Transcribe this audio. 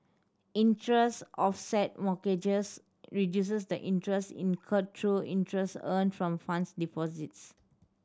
interest offset mortgages reduces the interest incurred through interest earned from funds deposits